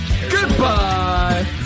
Goodbye